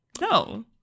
No